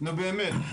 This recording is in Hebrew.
נו באמת,